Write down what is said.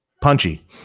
punchy